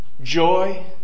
joy